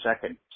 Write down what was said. second